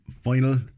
final